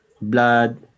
blood